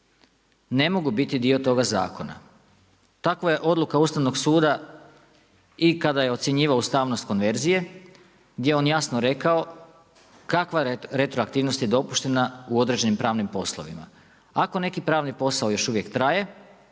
ne mogu biti dio toga zakona. Takva je odluka Ustavnog suda i kada je ocjenjivao ustavnost konverzije, gdje je on jasno rekao kakva retroaktivnost je dopuštena u određenim pravnim poslovima. Ako neki pravni posao još uvijek traje,